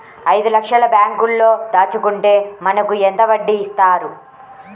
ఐదు లక్షల బ్యాంక్లో దాచుకుంటే మనకు ఎంత వడ్డీ ఇస్తారు?